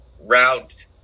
route